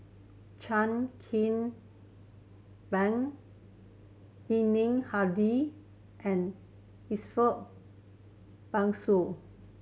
Chan Kim Boon Yuni Hadi and Ariff Bongso